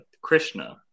Krishna